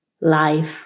life